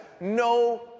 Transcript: no